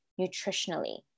nutritionally